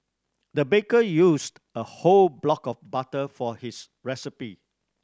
the baker used a whole block of butter for his recipe